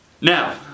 Now